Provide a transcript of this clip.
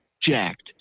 jacked